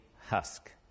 husk